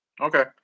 Okay